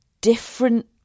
different